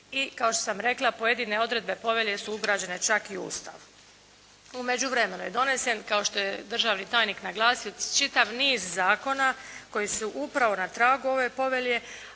i kao što sam rekla pojedine odredbe povelje su ugrađene čak i u Ustav. U međuvremenu je donesen kao što je državni tajnik naglasio čitav niz zakona koji su upravo na tragu ove povelje,